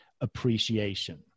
appreciation